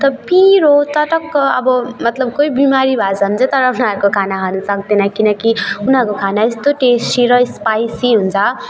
त पिरो चटक्क अब मतलब कोही बिमारी भएको छ भने चाहिँ तर उनीहरूको खाना खानु सक्दैन किनकि उनीहरूको खाना यस्तो टेस्टी र स्पाइसी हुन्छ